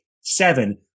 seven